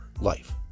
life